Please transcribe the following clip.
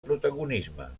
protagonisme